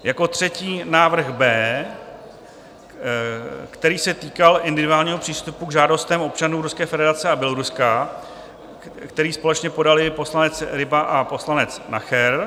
Jako třetí návrh B, který se týkal individuálního přístupu k žádostem občanů Ruské federace a Běloruska, který společně podali pan poslanec Ryba a pan poslanec Nacher.